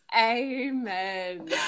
Amen